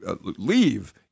leave